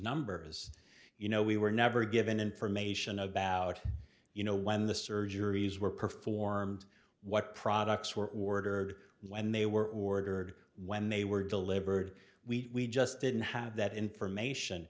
numbers you know we were never given information about you know when the surgeries were performed what products were ordered and when they were ordered when they were delivered we just didn't have that information